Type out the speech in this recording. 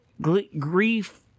grief